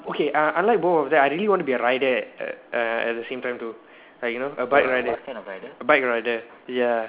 okay uh unlike both of them I really wanted to be a rider uh at the same time too like you know a bike rider bike rider ya